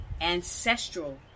Ancestral